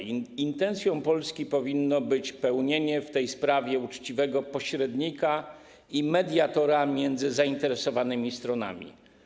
Intencją Polski powinno być odgrywanie w tej sprawie roli uczciwego pośrednika i mediatora między zainteresowanymi stronami.